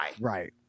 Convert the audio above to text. Right